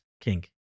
king